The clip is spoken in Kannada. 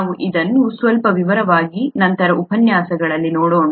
ನಾವು ಅದನ್ನು ಸ್ವಲ್ಪ ವಿವರವಾಗಿ ನಂತರ ಉಪನ್ಯಾಸಗಳಲ್ಲಿ ನೋಡೋಣ